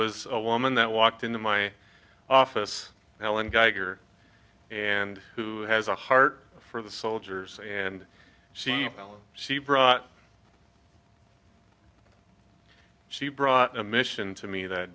was a woman that walked into my office helen geiger and who has a heart for the soldiers and she she brought she brought a mission to me that